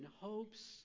hopes